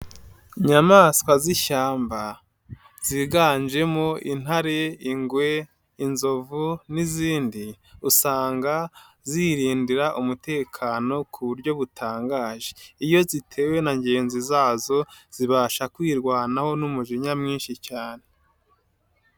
Inyamaswa z'ishyamba ziganjemo intare, ingwe, inzovu n'izindi usanga zirindira umutekano ku buryo butangaje iyo zitewe na ngenzi zazo zibasha kwirwanaho n'umujinya mwinshi cyane.